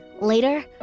Later